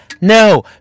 No